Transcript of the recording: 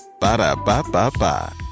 Ba-da-ba-ba-ba